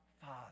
Father